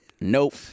Nope